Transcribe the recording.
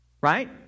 Right